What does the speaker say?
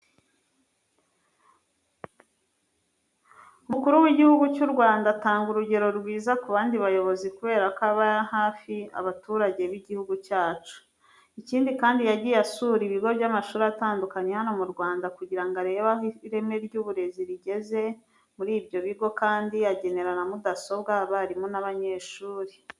Umukuru w'Igihugu cy'u Rwanda atanga urugero rwiza ku bandi bayobozi kubera ko aba hafi abaturage b'igihugu cyacu. Ikindi kandi, yagiye asura ibigo by'amashuri atandukanye hano mu Rwanda kugira ngo arebe aho ireme ry'uburezi rigeze muri ibyo bigo kandi agenera na mudasobwa abarimu n'abanyeshuri.